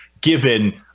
given